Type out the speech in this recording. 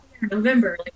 November